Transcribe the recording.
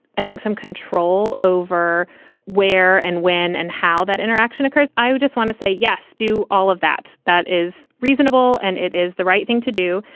i think, some control over where and when and how that interaction occurs. i would just want to say yes to all of that. that is reasonable and it is the right thing to do.